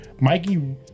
Mikey